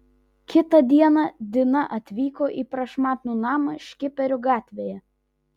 kitą dieną dina atvyko į prašmatnų namą škiperių gatvėje